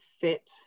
fit